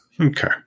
Okay